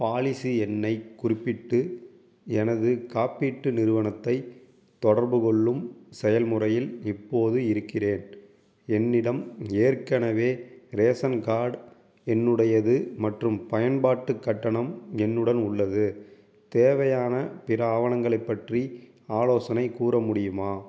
policy எண்ணை குறிப்பிட்டு எனது காப்பீட்டு நிறுவனத்தை தொடர்பு கொள்ளும் செயல்முறையில் இப்போது இருக்கிறேன் என்னிடம் ஏற்கனவே ரேசன் கார்டு என்னுடையது மற்றும் பயன்பாட்டு கட்டணம் என்னுடன் உள்ளது தேவையான பிற ஆவணங்களை பற்றி ஆலோசனை கூற முடியுமா